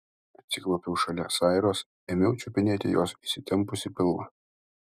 atsiklaupiau šalia sairos ėmiau čiupinėti jos įsitempusį pilvą